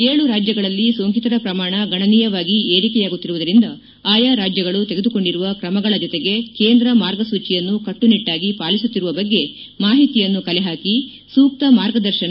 ಏಳು ರಾಜ್ಯಗಳಲ್ಲಿ ಸೋಂಕಿತರ ಪ್ರಮಾಣ ಗಣನೀಯವಾಗಿ ಏರಿಕೆಯಾಗುತ್ತಿರುವುದರಿಂದ ಆಯಾ ರಾಜ್ಯಗಳು ತೆಗೆದುಕೊಂಡಿರುವ ಕ್ರಮಗಳ ಜೊತೆಗೆ ಕೇಂದ್ರ ಮಾರ್ಗಸೂಚಿಯನ್ನು ಕಟ್ಟುನಿಟ್ಲಾಗಿ ಪಾಲಿಸುತ್ತಿರುವ ಬಗ್ಗೆ ಮಾಹಿತಿಯನ್ನು ಕಲೆಹಾಕಿ ಸೂಕ್ತ ಮಾರ್ಗದರ್ಶನ